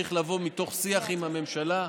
צריך לעבור מתוך שיח עם הממשלה.